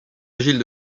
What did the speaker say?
agile